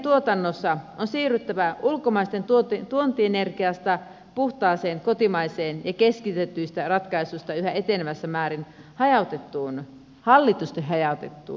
energiantuotannossa on siirryttävä ulkomaisesta tuontienergiasta puhtaaseen kotimaiseen ja keskitetyistä ratkaisuista yhä enenevässä määrin hallitusti hajautettuun malliin